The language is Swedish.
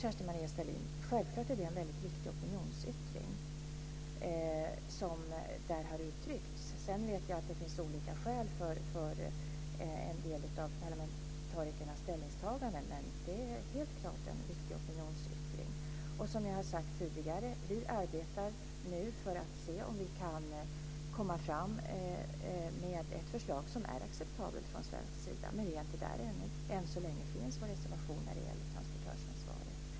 Stalin, vill jag säga att det självklart är en väldigt viktig opinionsyttring som där har uttryckts. Sedan vet jag att det finns olika skäl för parlamentarikernas ställningstaganden, men det är helt klart en viktig opinionsyttring. Som jag har sagt tidigare arbetar vi nu för att se om vi kan komma fram med ett förslag som är acceptabelt från svensk sida, men vi är inte där ännu. Än så länge finns vår reservation när det gäller transportörsansvaret.